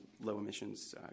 low-emissions